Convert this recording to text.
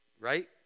Right